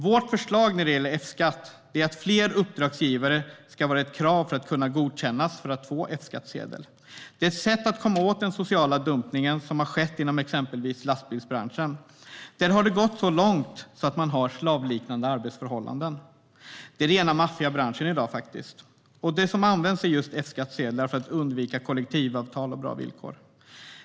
Vårt förslag är att ett krav för att kunna godkännas för F-skattsedel ska vara att man har flera uppdragsgivare. Det är ett sätt att komma åt den sociala dumpning som har skett inom exempelvis lastbilsbranschen, där det har gått så långt att man har slavliknande arbetsförhållanden. Det är faktiskt rena maffiabranschen i dag. Det är just F-skattsedlar som används för att undvika kollektivavtal och bra villkor.